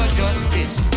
justice